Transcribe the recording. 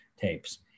tapes